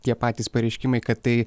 tie patys pareiškimai kad tai